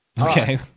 Okay